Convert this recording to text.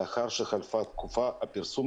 לאחר שחלפה תקופה הפרסום,